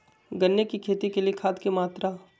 गन्ने की खेती के लिए खाद की मात्रा?